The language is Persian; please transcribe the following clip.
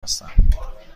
هستم